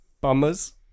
bummers